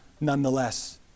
nonetheless